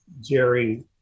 Jerry